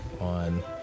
on